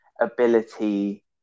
ability